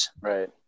right